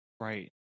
Right